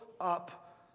up